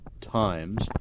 times